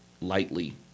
lightly